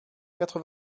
quatre